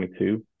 22